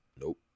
Nope